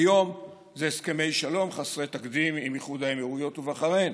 היום זה הסכמי שלום חסרי תקדים עם איחוד האמירויות ובחריין.